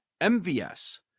MVS